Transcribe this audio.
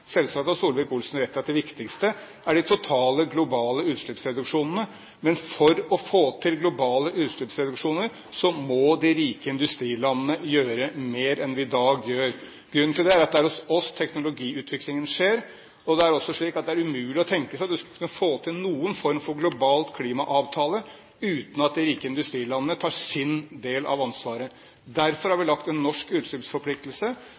Selvsagt har Solvik-Olsen rett i at det viktigste er de totale globale utslippsreduksjonene. Men for å få til globale utslippsreduksjoner må de rike industrilandene gjøre mer enn vi gjør i dag. Grunnen til det er at det er hos oss teknologiutviklingen skjer. Det er umulig å tenke seg at en skal kunne få til noen form for global klimaavtale uten at de rike industrilandene tar sin del av ansvaret. Derfor har vi en norsk utslippsforpliktelse,